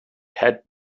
had